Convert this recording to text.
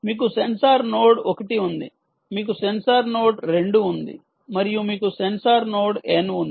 మీకు sensor node 1 ఉంది మీకు సెన్సార్ నోడ్ 2 ఉంది మరియు మీకు సెన్సార్ నోడ్ ఎన్ ఉంది